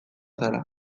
zara